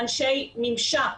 אנשי ממשק,